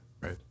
right